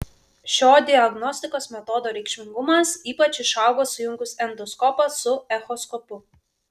šio diagnostikos metodo reikšmingumas ypač išaugo sujungus endoskopą su echoskopu